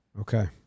Okay